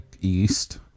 east